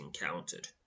encountered